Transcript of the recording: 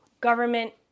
government